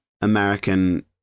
American